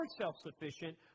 self-sufficient